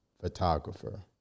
photographer